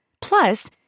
Plus